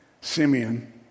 Simeon